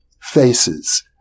faces